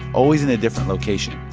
always in a different location.